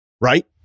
right